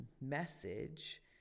message